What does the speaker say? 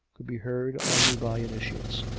could be heard only by initiates,